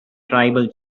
tribal